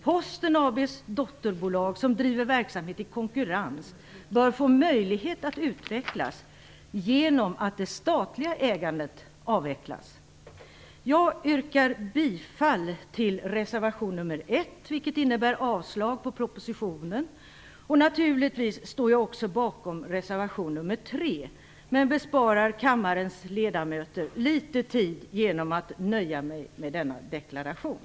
Posten AB:s dotterbolag som driver verksamhet i konkurrens bör få möjlighet att utvecklas genom att det statliga ägandet avvecklas. Jag yrkar bifall till reservation 1, vilket innebär avslag på propositionen. Naturligtvis står jag också bakom reservation 3 men besparar kammarens ledamöter litet tid genom att nöja mig med denna deklaration.